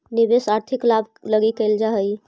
निवेश आर्थिक लाभ लगी कैल जा हई